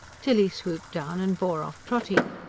tilly swooped down and bore off trotty.